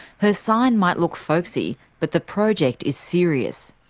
her sign might look folksy, but the project is serious.